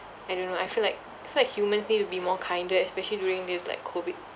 I don't know I feel like I feel like humans need to be more kinder especially during this like COVID